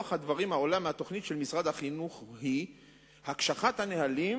רוח הדברים העולה מהתוכנית של משרד החינוך היא הקשחת הנהלים